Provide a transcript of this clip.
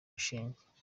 bushenge